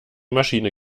maschine